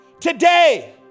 Today